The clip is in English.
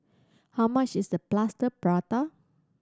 how much is the Plaster Prata